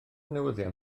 newyddion